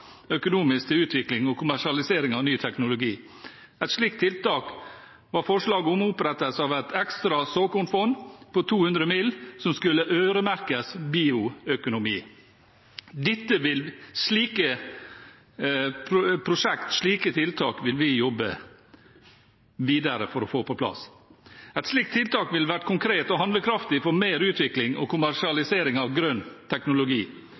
økonomisk til utvikling og kommersialisering av ny teknologi. Et slikt tiltak var forslag om opprettelse av et ekstra såkornfond på 200 mill. kr, som skulle øremerkes bioøkonomi. Slike prosjekter, slike tiltak, vil vi jobbe videre med for å få på plass. Et slikt tiltak ville vært konkret og handlekraftig for mer utvikling og kommersialisering av grønn teknologi.